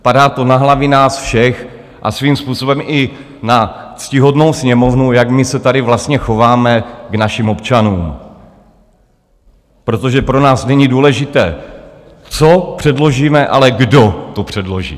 Padá to na hlavy nás všech a svým způsobem i na ctihodnou Sněmovnu, jak my se tady vlastně chováme k našim občanům, protože pro nás není důležité, co předložíme, ale kdo to předloží.